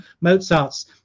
Mozart's